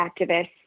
activists